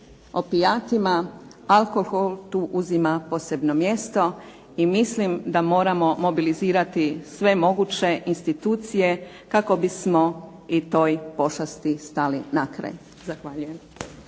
opijatima, alkohol tu uzima posebno mjesto i mislim da moramo mobilizirati sve moguće institucije kako bismo i toj pošasti stali na kraj. Zahvaljujem.